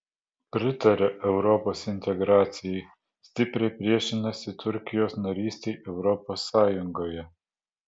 pritaria europos integracijai stipriai priešinasi turkijos narystei europos sąjungoje